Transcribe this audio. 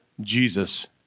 Jesus